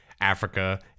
Africa